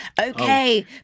okay